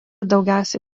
daugiausia